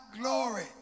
glory